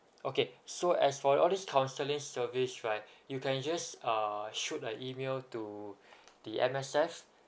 okay so as for all these counseling service right you can just uh shoot an email to the M_S_F